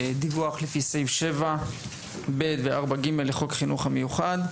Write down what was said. דיווח לפי סעיף 7(ב) ו-(4)(ג) לחוק חינוך מיוחד.